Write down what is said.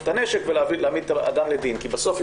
את הנשק ולהעמיד את האדם לדין כי בסוף,